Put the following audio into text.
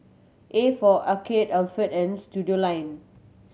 A for Arcade Alpen and Studioline